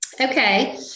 Okay